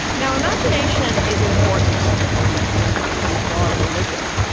now imagination is important with respect to this question of god and religion,